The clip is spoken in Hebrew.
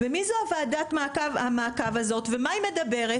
ומי זו ועדת המעקב הזאת ומה היא מדברת,